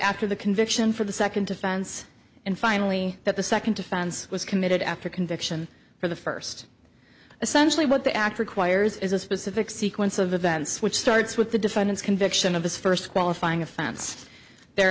after the conviction for the second offense and finally that the second offense was committed after conviction for the first essentially what the act requires is a specific sequence of events which starts with the defendant's conviction of this first qualifying offense there